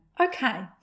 okay